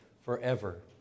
forever